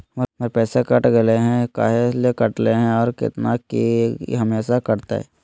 हमर पैसा कट गेलै हैं, काहे ले काटले है और कितना, की ई हमेसा कटतय?